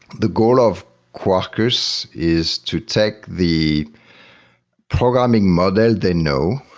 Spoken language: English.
the goal of quarkus is to take the programming model they know,